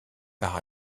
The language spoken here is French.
par